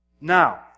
Now